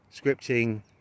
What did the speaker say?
scripting